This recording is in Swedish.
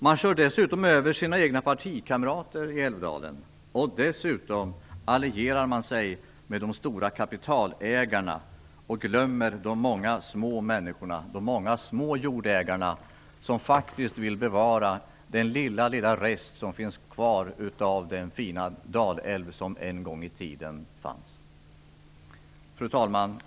Man kör över sina egna partikamrater i Älvdalen, och dessutom allierar man sig med de stora kapitalägarna och glömmer de många små människorna och de många små jordägarna som vill bevara den lilla, lilla rest som finns kvar av den fina dalälv som en gång i tiden fanns. Fru talman!